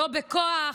לא בכוח,